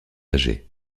âgées